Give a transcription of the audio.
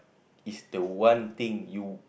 it's the one thing you